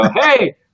hey